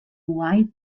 white